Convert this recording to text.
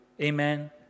Amen